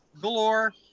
galore